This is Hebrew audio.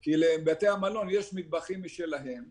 כי לבתי המלון יש מטבחים משלהם והם מפעילים אותם.